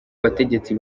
bategetsi